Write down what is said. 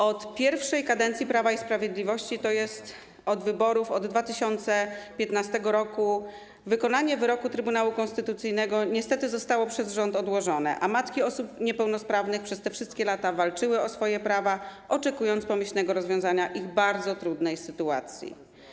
Od pierwszej kadencji Prawa i Sprawiedliwości, tj. od wyborów w 2015 r., wykonanie wyroku Trybunału Konstytucyjnego niestety zostało przez rząd odłożone, a matki osób niepełnosprawnych przez te wszystkie lata walczyły o swoje prawa, oczekując pomyślnego rozwiązania ich bardzo trudnej sytuacji.